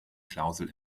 klausel